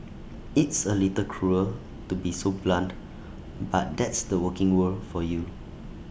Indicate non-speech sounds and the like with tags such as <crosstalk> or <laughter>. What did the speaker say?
it's A little cruel to be so blunt <noise> but that's the working world for you